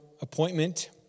appointment